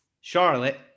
Charlotte